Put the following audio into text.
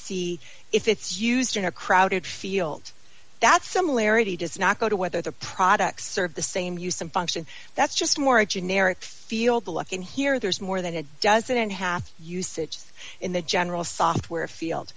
see if it's used in a crowded field that similarity does not go to whether the products serve the same use some function that's just more a generic feel the look in here there's more than a dozen and a half usage in the general software field